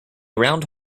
round